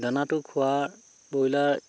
দানাটো খোৱাৰ ব্ৰইলাৰ